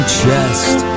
chest